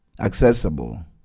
accessible